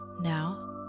Now